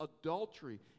adultery